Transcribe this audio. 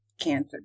cancer